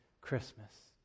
christmas